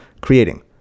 creating